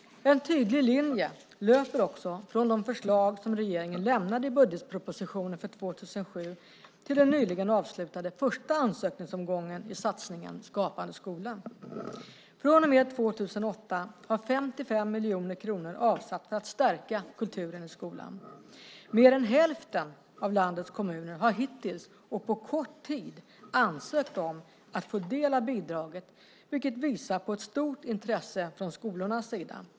En tydlig linje löper från de förslag som regeringen lämnade i budgetpropositionen för 2007 till den nyligen avslutade första ansökningsomgången i satsningen Skapande skola. Från och med 2008 har 55 miljoner kronor avsatts för att stärka kulturen i skolan. Mer än hälften av landets kommuner har hittills och på kort tid ansökt om att få del av bidraget vilket visar på ett stort intresse från skolornas sida.